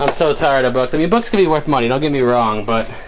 um so tired of both of you books can be worth money. don't get me wrong, but